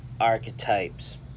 archetypes